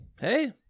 Hey